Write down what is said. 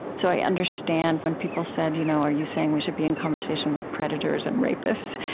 so i understand when people said, you know are you saying we should be in conversation with predators and rapists?